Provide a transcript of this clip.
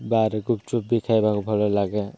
ବାହାରେ ଗୁପଚୁପ୍ ବିି ଖାଇବାକୁ ଭଲ ଲାଗେ